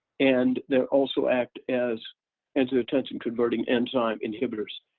and they're also act as angiotensin-converting enzyme inhibitors.